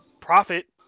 profit